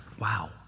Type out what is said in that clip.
Wow